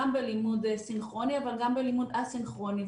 בלימוד סינכרוני אבל גם בלימוד אסינכרוני,